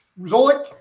Zolik